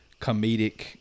comedic